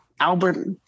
Albert